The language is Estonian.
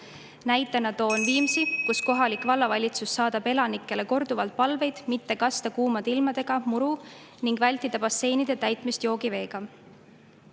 Näitena toon Viimsi, kus kohalik vallavalitsus on saatnud elanikele korduvalt palveid mitte kasta kuumade ilmadega muru ning vältida basseinide täitmist joogiveega.